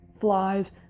flies